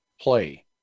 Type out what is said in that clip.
play